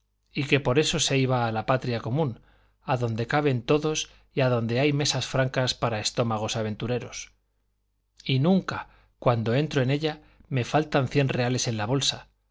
y que por eso se iba a la patria común adonde caben todos y adonde hay mesas francas para estómagos aventureros y nunca cuando entro en ella me faltan cien reales en la bolsa